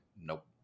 nope